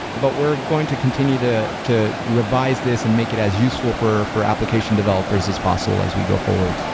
but we're going to continue to to revise this and make it as useful for for application developers as possible as we go forward.